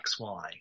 XY